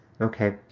Okay